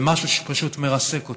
זה משהו שפשוט מרסק אותך.